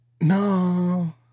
No